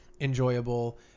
enjoyable